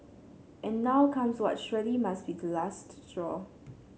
and now comes what surely must be the last straw